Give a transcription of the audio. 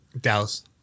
Dallas